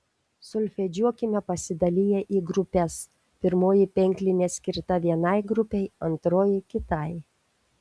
solfedžiuokime pasidaliję į grupes pirmoji penklinė skirta vienai grupei antroji kitai